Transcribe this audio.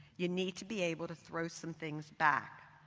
you need to be able to throw some things back.